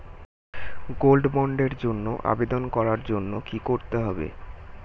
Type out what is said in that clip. Gold বন্ডের জন্য আবেদন করার জন্য কি করতে হবে?